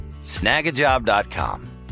Snagajob.com